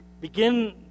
Begin